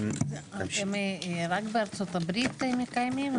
רק בארצות הברית מקיימים?